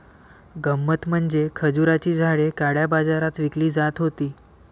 गंमत म्हणजे खजुराची झाडे काळ्या बाजारात विकली जात होती